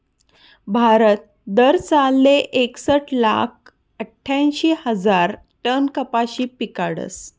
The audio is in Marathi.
भारत दरसालले एकसट लाख आठ्यांशी हजार टन कपाशी पिकाडस